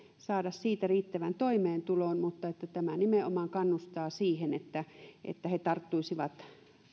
saada siitä riittävän toimeentulon mutta tämä nimenomaan kannustaa siihen että että he tarttuisivat